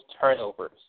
turnovers